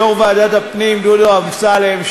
ליושב-ראש ועדת הפנים דודו אמסלם,